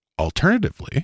Alternatively